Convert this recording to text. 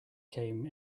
came